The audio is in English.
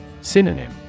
Synonym